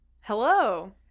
Hello